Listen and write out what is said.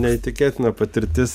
neįtikėtina patirtis